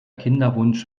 kinderwunsch